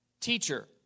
Teacher